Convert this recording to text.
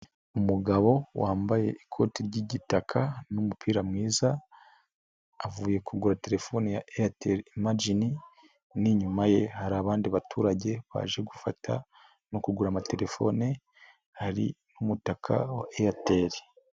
Umugabo wambaye ikoti ry'igitaka n'umupira mwiza avuye kugura telefoni ya Airte lmagine, inyuma ye hari abandi baturage baje gufata no kugura amatelefone hari n'umutaka wa Airtel.